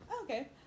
Okay